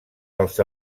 dels